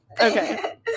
okay